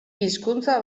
hizkuntza